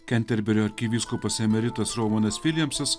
kenterberio arkivyskupas emeritas rovanas viljamsas